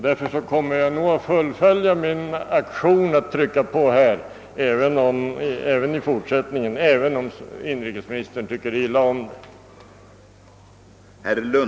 Därför kommer jag nog att fortsätta min påtryckningsaktion också nästa år, även om inrikesministern tycker illa om den.